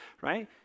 right